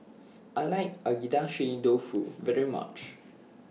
I like Agedashi Dofu very much